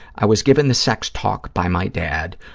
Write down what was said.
i was given the sex talk by my dad,